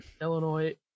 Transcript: Illinois